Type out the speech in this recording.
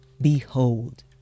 Behold